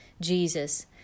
Jesus